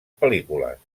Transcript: pel·lícules